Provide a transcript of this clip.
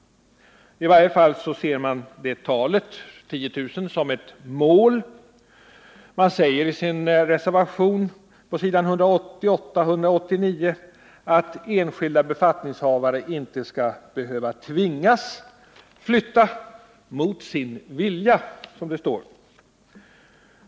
I varje fall ser man det antalet som ett mål. Centerpartiet säger på s. 188 och 189 i sin reservation att enskilda befattningshavare inte skall behöva tvingas flytta ”mot sin vilja”.